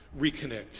reconnect